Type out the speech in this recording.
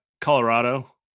Colorado